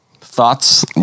Thoughts